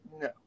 No